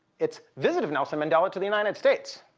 it's visit of nelson mandela to the united states.